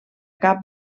cap